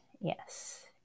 yes